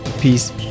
Peace